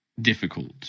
difficult